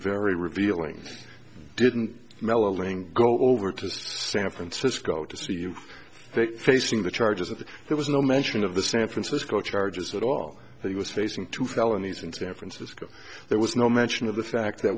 very revealing didn't melling go over to san francisco to see you facing the charges that there was no mention of the san francisco charges at all that he was facing two felonies in san francisco there was no mention of the fact that